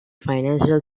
financial